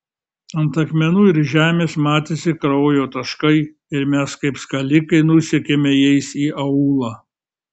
ant akmenų ir žemės matėsi kraujo taškai ir mes kaip skalikai nusekėme jais į aūlą